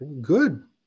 Good